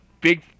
Big